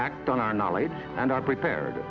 act on our knowledge and are prepared